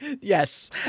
Yes